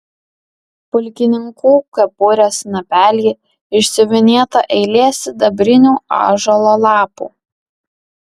pulkininkų kepurės snapelyje išsiuvinėta eilė sidabrinių ąžuolo lapų